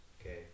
okay